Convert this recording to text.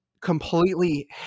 completely